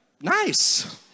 nice